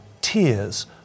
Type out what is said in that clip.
tears